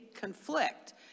conflict